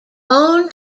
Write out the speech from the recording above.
own